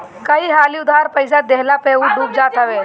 कई हाली उधार पईसा देहला पअ उ डूब जात हवे